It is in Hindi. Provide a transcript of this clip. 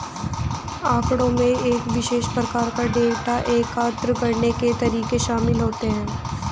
आँकड़ों में एक विशेष प्रकार का डेटा एकत्र करने के तरीके शामिल होते हैं